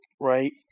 right